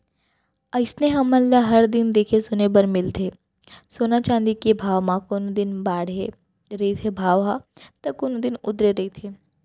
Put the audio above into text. अइसने हमन ल हर दिन देखे सुने बर मिलथे सोना चाँदी के भाव म कोनो दिन बाड़हे रहिथे भाव ह ता कोनो दिन उतरे रहिथे